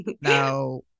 Now